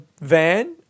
van